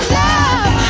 love